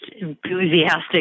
enthusiastic